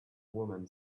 woman